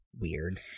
weird